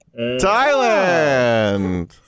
Thailand